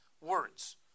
words